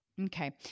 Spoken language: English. Okay